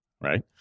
right